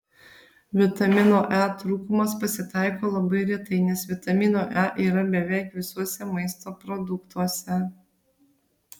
vitamino e trūkumas pasitaiko labai retai nes vitamino e yra beveik visuose maisto produktuose